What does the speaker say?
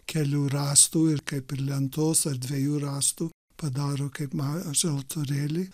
kelių rąstų ir kaip ir lentos ar dviejų rastų padaro kaip mažą altorėlį